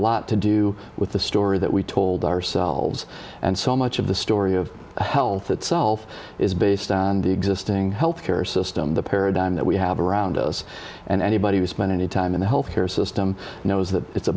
lot to do with the story that we told ourselves and so much of the story of health itself is based on the existing health care system the paradigm that we have around us and anybody who spent any time in the health care system knows that it's a